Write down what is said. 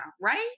right